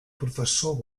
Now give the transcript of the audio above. professor